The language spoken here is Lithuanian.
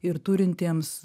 ir turintiems